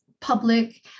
public